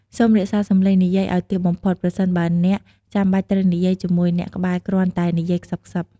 សូមរក្សាសំឡេងនិយាយឲ្យទាបបំផុត ប្រសិនបើអ្នកចាំបាច់ត្រូវនិយាយជាមួយអ្នកក្បែរគ្រាន់តែ និយាយខ្សឹបៗ។